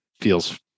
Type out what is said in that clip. feels